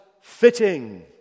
fitting